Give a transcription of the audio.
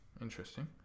Interesting